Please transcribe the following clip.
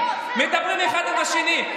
מדברים אחד עם השני,